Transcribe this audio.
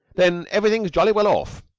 then everything's jolly well off.